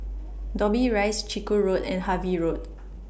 Dobbie Rise Chiku Road and Harvey Road